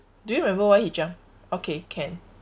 do you remember why he jumped okay can